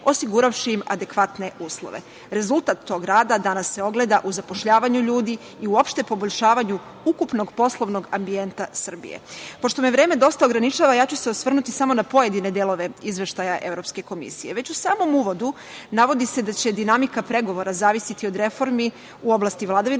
osiguravši im adekvatne uslove. Rezultat tog rada danas se ogleda u zapošljavanju ljudi i uopšte poboljšavanju ukupnog poslovnog ambijenta Srbije. Pošto me vreme dosta ograničava, samo ću se osvrnuti na pojedine delove Izveštaja EU. Već u samom uvodu navodi se da će dinamika pregovora zavisiti od reformi u oblasti vladavine